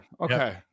Okay